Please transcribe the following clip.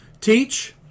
teach